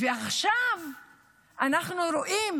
ועכשיו אנחנו רואים